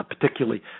Particularly